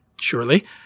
surely